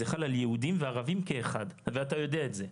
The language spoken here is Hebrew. זה חל על יהודים וערבים כאחד ואתה יודע את זה,